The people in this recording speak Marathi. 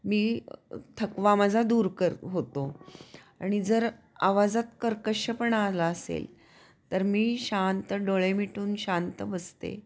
मी थकवा माझा दूर कर होतो आणि जर आवाजात कर्कशपणा आला असेल तर मी शांत डोळे मिटून शांत बसते